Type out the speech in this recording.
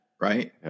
Right